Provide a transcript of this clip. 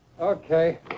Okay